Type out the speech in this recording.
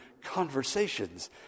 conversations